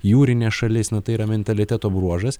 jūrinė šalis na tai yra mentaliteto bruožas